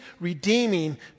redeeming